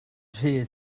rhydd